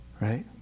right